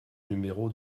numéro